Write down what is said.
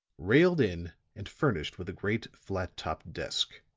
railed in and furnished with a great flat-topped desk.